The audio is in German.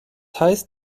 heißt